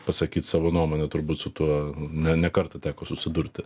pasakyt savo nuomonę turbūt su tuo ne ne kartą teko susidurti